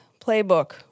playbook